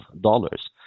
dollars